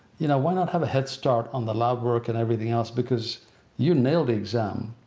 you know why not have a headstart on the lab work and everything else because you nailed the exam.